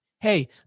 Hey